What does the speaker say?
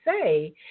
say